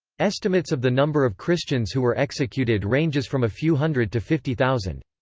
estimates of the number of christians who were executed ranges from a few hundred to fifty thousand.